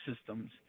systems